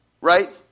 right